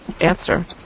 answer